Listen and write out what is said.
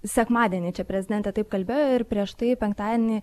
sekmadienį čia prezidentė taip kalbėjo ir prieš tai penktadienį